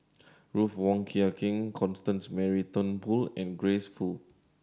Ruth Wong Hie King Constance Mary Turnbull and Grace Fu